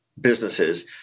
businesses